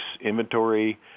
inventory